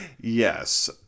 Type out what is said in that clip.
Yes